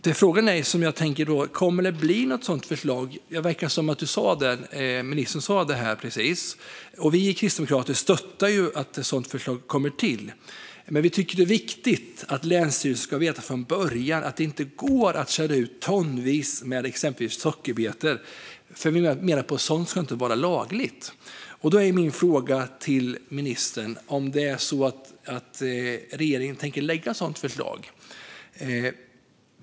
Kommer det att bli något sådant förslag? Det verkade som att ministern sa det precis. Vi kristdemokrater stöttar ett sådant förslag. Men det är viktigt att länsstyrelserna vet från början att det inte går att köra ut exempelvis tonvis med sockerbetor. Vi menar att sådant inte ska vara lagligt. Kommer regeringen att lägga fram ett sådant förslag?